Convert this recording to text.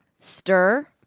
stir